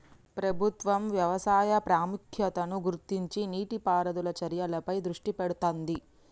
ప్రభుత్వం వ్యవసాయ ప్రాముఖ్యతను గుర్తించి నీటి పారుదల చర్యలపై దృష్టి పెడుతాంది